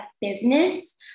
business